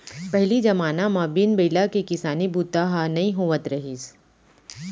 पहिली जमाना म बिन बइला के किसानी बूता ह नइ होवत रहिस